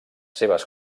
seves